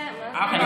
דקה.